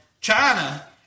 China